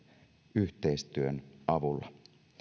yhteistyön avulla